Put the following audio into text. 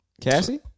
Cassie